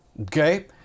okay